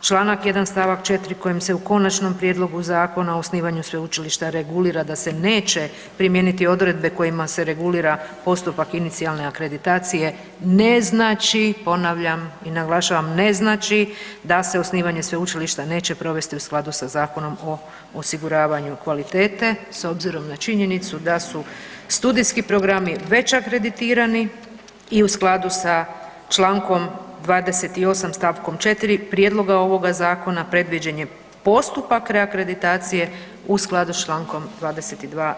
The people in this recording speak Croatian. čl. 1. st. 4. kojim se u Konačnom prijedlogu Zakona o osnivanju sveučilišta regulira da se neće primijeniti odredbe kojima se regulira postupak inicijalne akreditacije ne znači, ponavljam i naglašavam, ne znači da se osnivanje sveučilišta neće provesti u skladu sa Zakonom o osiguravanju kvalitete s obzirom na činjenicu da su studijski programi već akreditirani i u skladu sa čl. 28. st. 4. prijedloga ovoga zakona predviđen je postupak reakreditacije u skladu s čl. 22.